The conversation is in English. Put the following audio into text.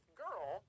girl